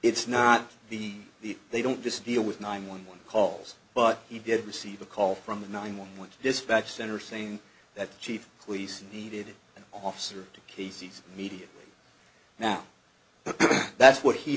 it's not the the they don't disappear with nine one one calls but he did receive a call from the nine one one dispatch center saying that the chief of police needed an officer to casey's media now but that's what he